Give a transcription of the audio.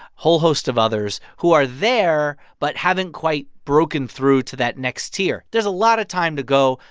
whole host of others who are there but haven't quite broken through to that next tier. there's a lot of time to go,